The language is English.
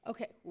Okay